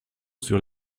sur